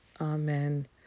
Amen